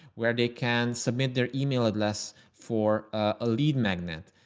where they can submit their email address for a lead magnet.